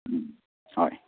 ꯎꯝ ꯍꯣꯏ